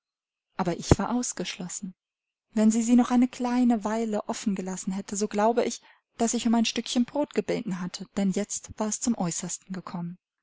aber ich war ausgeschlossen wenn sie sie noch eine kleine weile offen gelassen hätte so glaube ich daß ich um ein stückchen brot gebeten hätte denn jetzt war es zum äußersten gekommen